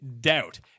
doubt